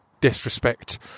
disrespect